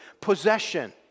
possession